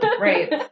Right